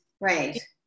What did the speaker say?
Right